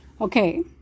Okay